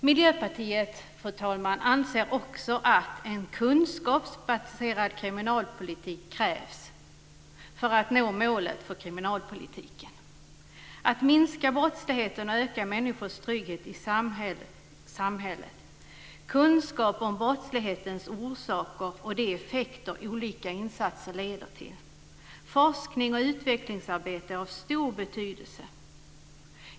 Miljöpartiet, fru talman, anser också att en kunskapsbaserad kriminalpolitik krävs för att nå målen för kriminalpolitiken: att minska brottsligheten och öka människors trygghet i samhället; kunskap om brottslighetens orsaker och de effekter olika insatser leder till. Forskning och utvecklingsarbete är av stor betydelse.